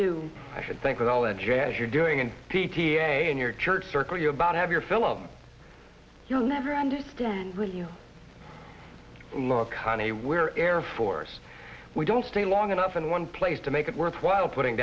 do i should think with all that jazz you're doing and p t a in your church circle you about have your fill of it you'll never understand what you love kani where air force we don't stay long enough in one place to make it worthwhile putting